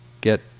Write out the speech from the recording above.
get